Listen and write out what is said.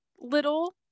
little